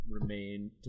remain